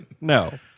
No